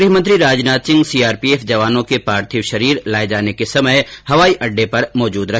गृह मंत्री राजनाथ सिंह सीआरपीएफ जवानों के पार्थिव शरीर लाये जाने के समय हवाई अडडे पर मौजूद रहे